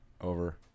Over